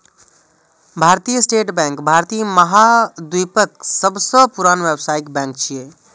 भारतीय state bank भारतीय महाद्वीपक सबसं पुरान व्यावसायिक बैंक छियै